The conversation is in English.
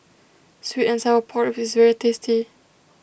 Sweet and Sour Pork Ribs is very tasty